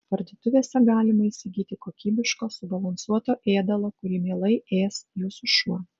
parduotuvėse galima įsigyti kokybiško subalansuoto ėdalo kurį mielai ės jūsų šuo